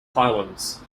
pylons